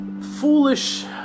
foolish